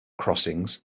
crossings